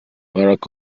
barack